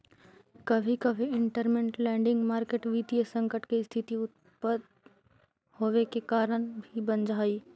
कभी कभी इंटरमेंट लैंडिंग मार्केट वित्तीय संकट के स्थिति उत्पन होवे के कारण भी बन जा हई